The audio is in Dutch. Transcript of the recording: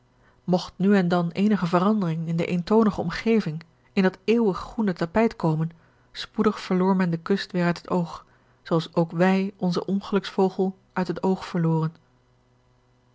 mogt nu en dan eenige verandering in de eentoonige omgeving in dat eeuwig groene tapijt komen spoedig verloor men de kust weêr uit het oog zooals ook wij onzen ongeluksvogel uit het oog verloren